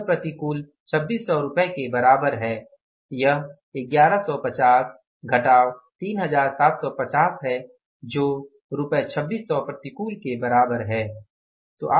तो यह प्रतिकूल 2600 रुपये के बराबर है यह 1150 3750 है जो रुपये 2600 प्रतिकूल के बराबर है